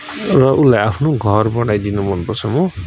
र उलाई आफ्नो घर बनाइदिनु मनपर्छ म